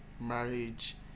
marriage